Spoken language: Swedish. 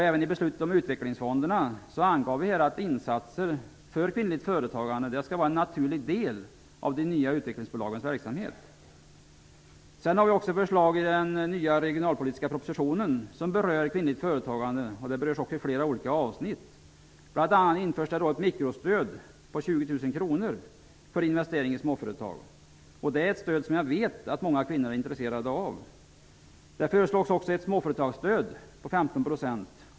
Även i beslutet om utvecklingsfonderna angav vi att insatser för kvinnligt företagande skall vara en naturlig del av de nya utvecklingsbolagens verkamhet. Vi har också förslag i den nya regionalpolitiska propositionen, där kvinnligt företagande berörs i flera olika avsnitt. Bl.a. införs ett s.k. mikrostöd på 20 000 kr för investering i småföretag. Det är ett stöd som jag vet att många kvinnor är intresserade av. Där föreslås också ett småföretagsstöd på 15 %.